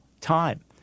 time